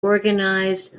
organized